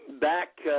back